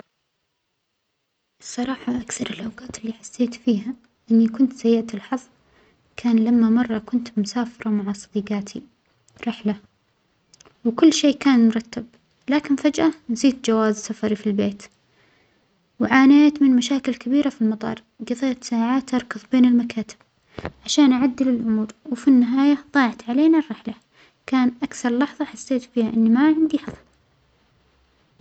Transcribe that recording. الصراحة أكثر الأوجات اللى حسيت فيها إنى كنت سيئة الحظ كان لما مرة كنت مسافرة مع صديجاتى رحلة، كل شيء كان مرتب لكن فجأة نسيت جواز سفرى في البيت، وعانيت من مشاكل كبيرة في المطار قظيت ساعات أركظ بين المكاتب عشان أعدل الأمور، وفي النهاية ظاعت علينا الرحلة، كان أكثر لحظة حسيت فيها إنى ما عندى حظ.